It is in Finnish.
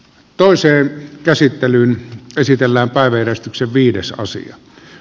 toiseen käsittelyyn esitellään päiväjärjestyksen viides kiitos